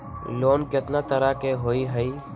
Loan केतना तरह के होअ हई?